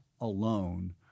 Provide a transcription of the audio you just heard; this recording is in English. alone